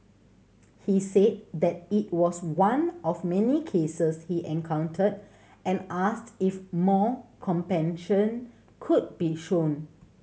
he said that it was just one of many cases he encountered and asked if more compassion could be shown